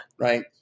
right